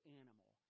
animal